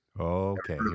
Okay